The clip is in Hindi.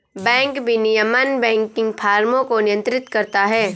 बैंक विनियमन बैंकिंग फ़र्मों को नियंत्रित करता है